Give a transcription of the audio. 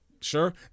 Sure